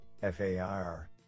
FAIR